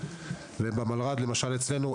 ובמלר"ד אצלנו,